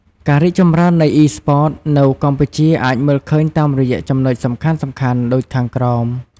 ការរីកចម្រើននៃ Esports នៅកម្ពុជាអាចមើលឃើញតាមរយៈចំណុចសំខាន់ៗដូចខាងក្រោម។